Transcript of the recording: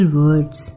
words